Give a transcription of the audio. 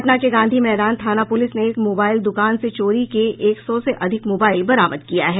पटना के गांधी मैदान थाना पुलिस ने एक मोबाईल दुकान से चोरी के एक सौ से अधिक मोबाईल बरामद किया है